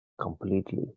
completely